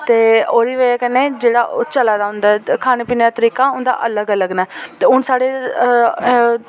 ते ओह्दी वजह् कन्नै जेह्ड़ा ओह् चला दा उं'दा खाने पीने दी तरीका उं'दा अलग अलग न ते हून साढ़े